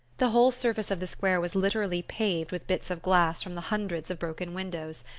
the whole surface of the square was literally paved with bits of glass from the hundreds of broken windows,